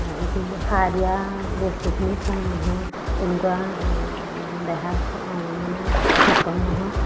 কিন্তু সাৰ দিয়া বস্তুখিনি খায় মানুহৰ তেনেকুৱা দেহা মানে সুফল নহয়